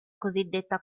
cosiddetta